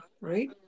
Right